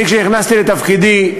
אני, כשנכנסתי לתפקידי,